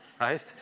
Right